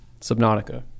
Subnautica